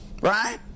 Right